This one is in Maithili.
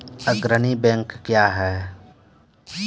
अग्रणी बैंक क्या हैं?